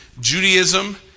Judaism